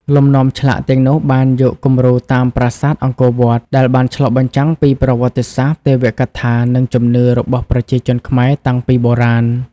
លំនាំឆ្លាក់ទាំងនោះបានយកគំរូតាមប្រាសាទអង្គរវត្ត ដែលបានឆ្លុះបញ្ចាំងពីប្រវត្តិសាស្ត្រ ទេវកថា និងជំនឿរបស់ប្រជាជនខ្មែរតាំងពីបុរាណ។